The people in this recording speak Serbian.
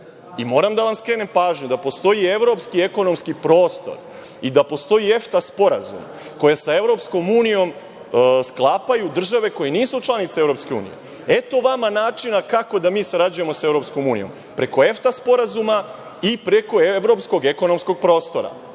I moram da vam skrenem pažnju da postoji evropski ekonomski prostor i da postoji EFTA sporazum koji sa EU sklapaju države koje nisu članice EU. Eto vam načina kako da sarađujemo sa EU. Preko EFTA sporazuma i preko evropskog ekonomskog prostora,